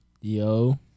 Yo